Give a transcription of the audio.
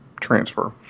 transfer